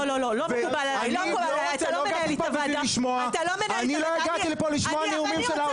אני לא הגעתי לפה לשמוע נאומים של האוצר.